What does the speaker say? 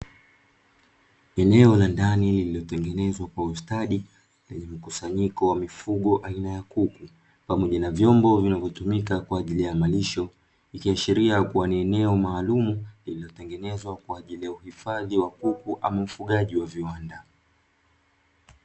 Eneo la ndani lililotengenezwa kwa ustadi lenye mkusanyiko wa mifugo aina ya kuku na vyombo vinvyotumika kwa ajili ya malisho, ikiashiria kuwa ni eneo maalumu lililotengenezwa kwa ajili ya uhifadhi wa kuku au ufugaji wa viwanda.